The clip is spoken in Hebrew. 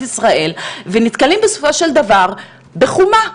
ישראל אך בסופו של דבר נתקלים בחומה,